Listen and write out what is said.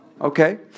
okay